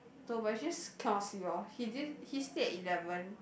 no but just cannot sleep lor he he sleep at eleven